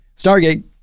Stargate